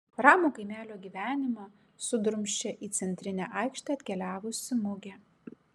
ramų kaimelio gyvenimą sudrumsčia į centrinę aikštę atkeliavusi mugė